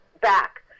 back